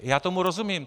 Já tomu rozumím.